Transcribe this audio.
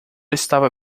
estava